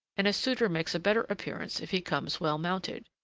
and a suitor makes a better appearance if he comes well mounted.